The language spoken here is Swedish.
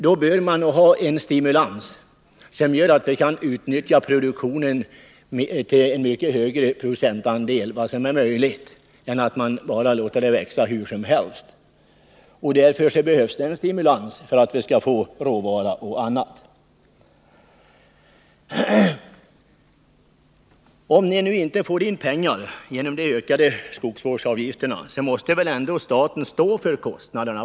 Då bör det finnas en stimulans, som gör att man kan utnyttja produktionen av virke till mycket högre procentandel än som är möjlig om man bara låter skogen växa hur som helst. Det behövs alltså en stimulans för att vi skall få råvara och annat. Om ni nu inte får in pengar genom de ökade skogsvårdsavgifterna, så måste väl ändå staten stå för kostnaderna.